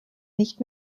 nicht